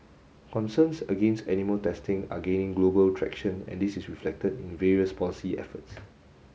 concerns against animal testing are gaining global traction and this is reflected in various policy efforts